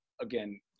again